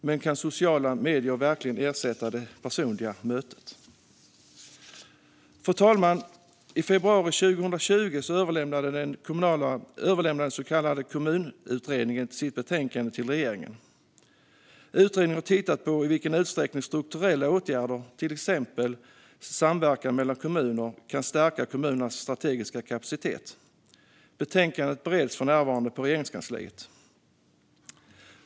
Men kan sociala medier verkligen ersätta det personliga mötet? Fru talman! I februari 2020 överlämnade den så kallade Kommunutredningen sitt betänkande till regeringen. Utredningen har tittat på i vilken utsträckning strukturella åtgärder, till exempel samverkan mellan kommuner, kan stärka kommunernas strategiska kapacitet. Betänkandet bereds för närvarande i Regeringskansliet.